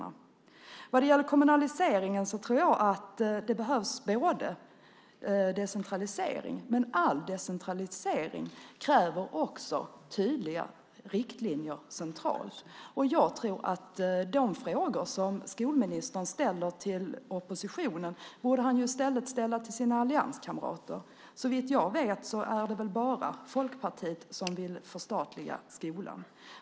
När det gäller kommunaliseringen tror jag att det behövs decentralisering, men all decentralisering kräver också tydliga riktlinjer centralt. Jag tror att skolministern borde ställa de frågor som han ställer till oppositionen till sina allianskamrater i stället. Såvitt jag vet är det bara Folkpartiet som vill förstatliga skolan.